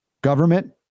Government